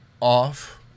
off